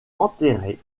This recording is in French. enterrées